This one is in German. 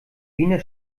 wiener